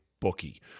Bookie